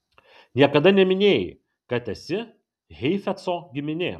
niekada neminėjai kad esi heifetzo giminė